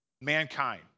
mankind